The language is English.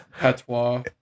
patois